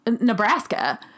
Nebraska